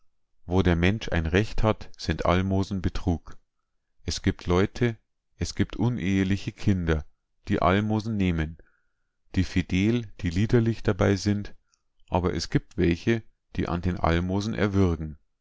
wo der mensch ein recht hat sind almosen betrug es gibt leute es gibt uneheliche kinder die almosen nehmen die fidel die liederlich dabei sind aber es gibt welche die an den almosen erwürgen